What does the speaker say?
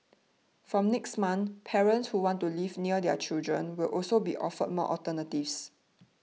from next month parents who want to live near their children will also be offered more alternatives